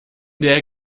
der